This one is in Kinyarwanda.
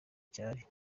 cyari